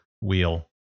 wheel